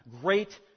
great